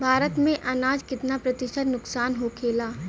भारत में अनाज कितना प्रतिशत नुकसान होखेला?